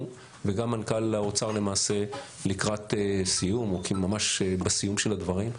וגם מנכ"ל האוצר לקראת סיום או ממש בסיום הדברים.